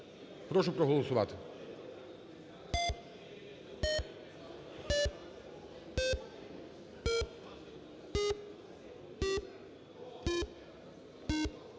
Прошу проголосувати